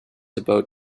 about